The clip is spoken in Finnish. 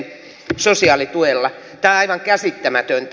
tämä on aivan käsittämätöntä